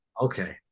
Okay